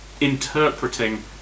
interpreting